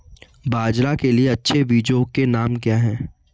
बाजरा के लिए अच्छे बीजों के नाम क्या हैं?